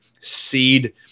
seed